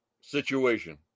situation